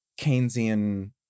Keynesian